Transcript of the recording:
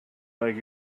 like